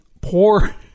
poor